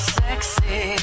sexy